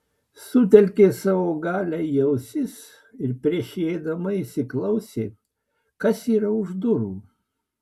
sutelkė savo galią į ausis ir prieš įeidama įsiklausė kas yra už durų